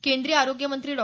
केंद्रीय आरोग्यमंत्री डॉ